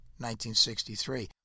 1963